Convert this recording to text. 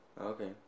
okay